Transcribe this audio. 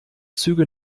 züge